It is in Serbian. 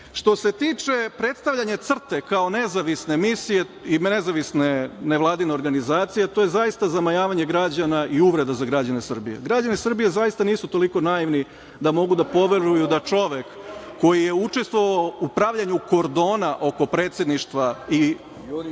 se tiče predstavljanja CRTA kao nezavisne misije, nezavisne nevladine organizacije, to je zaista zamajavanje građana i uvreda za građane Srbije. Građani Srbije zaista nisu toliko naivni da mogu da poveruju da čovek koji je učestvovao u pravljenju kordona oko predsedništva